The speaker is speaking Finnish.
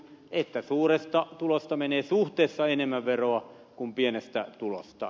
että suuresta tulosta menee suhteessa enemmän veroa kuin pienestä tulosta